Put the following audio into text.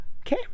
okay